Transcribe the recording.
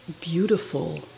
beautiful